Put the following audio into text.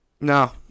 No